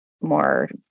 more